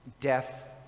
death